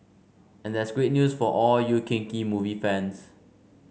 and that's great news for all you kinky movie fans